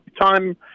time